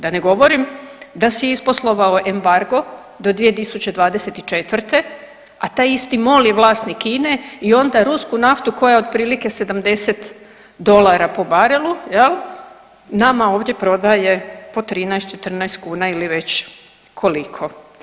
Da ne govorim da si je isposlovao embargo do 2024., a taj isti MOL je vlasnik INE i onda rusku naftu koja je otprilike 70 dolara po barelu nama ovdje prodaje po 13, 14 kuna ili već koliko.